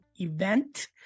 event